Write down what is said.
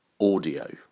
audio